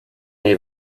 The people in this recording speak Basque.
nahi